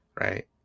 right